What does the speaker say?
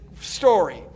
story